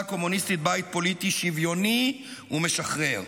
הקומוניסטית בית פוליטי שוויוני ומשחרר,